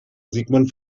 sigmund